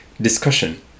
Discussion